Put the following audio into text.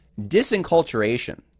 disenculturation